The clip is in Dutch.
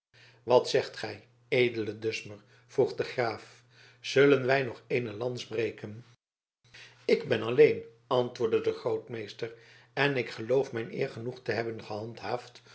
wat zegt gij edele dusmer vroeg de graaf zullen wij nog eene lans breken ik ben alleen antwoordde de grootmeester en ik geloof mijn eer genoeg te hebben